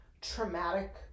traumatic